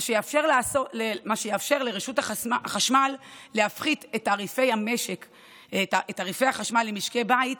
מה שיאפשר לרשות החשמל להפחית את תעריפי החשמל למשקי בית